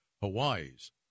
Hawaii's